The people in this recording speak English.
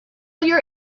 your